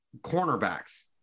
cornerbacks